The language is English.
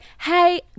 hey